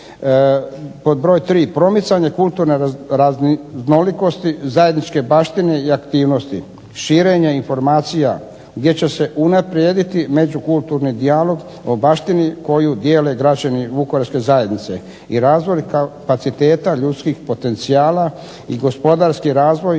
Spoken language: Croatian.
Pod broj 3. promicanje kulturne raznolikosti zajedničke baštine i aktivnosti, širenje informacija gdje će se unaprijediti međukulturni dijalog o baštini koju dijele građani vukovarske zajednice, i razvoj kapaciteta ljudskih potencijala i gospodarski razvoj